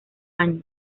años